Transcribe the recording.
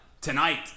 tonight